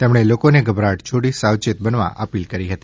તેમણે લોકો ને ગભરાટ છોડી સાવચેત બનવા અપીલ કરી છે